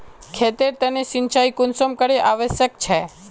खेतेर तने सिंचाई कुंसम करे आवश्यक छै?